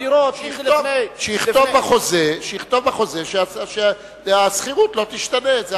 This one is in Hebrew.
שיכתוב בחוזה שהשכירות לא תשתנה.